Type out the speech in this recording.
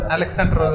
Alexander